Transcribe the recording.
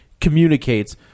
communicates